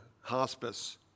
Hospice